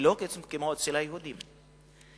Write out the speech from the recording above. שלא כמו אצל היהודים.